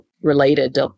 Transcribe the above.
related